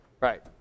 right